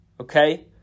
Okay